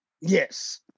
Yes